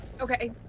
Okay